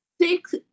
six